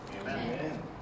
Amen